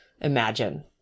imagine